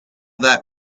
that